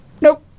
Nope